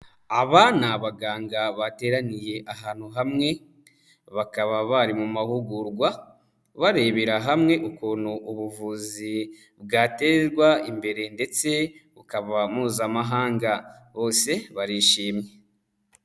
Aba ni abaganga bateraniye ahantu hamwe, bakaba bari mu mahugurwa barebera hamwe ukuntu ubuvuzi bwatezwa imbere ndetse bukaba mpuzamahanga. Bose barishimye.